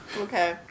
Okay